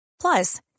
Plus